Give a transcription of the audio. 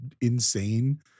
insane